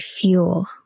fuel